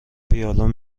ویلون